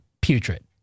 putrid